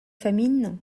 famine